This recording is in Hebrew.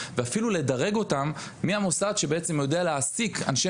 ואפילו לדרג אותם מהמוסד שיודע להעסיק אנשי